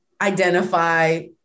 identify